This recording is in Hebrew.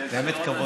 באמת כבוד גדול.